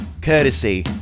courtesy